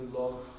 love